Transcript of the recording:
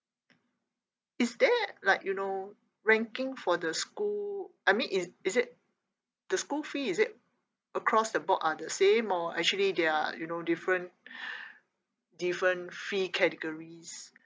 is there like you know ranking for the school I mean is is it the school fee is it across the board are the same or actually they are you know different different fee categories